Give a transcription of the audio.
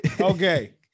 Okay